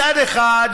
מצד אחד,